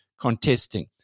contesting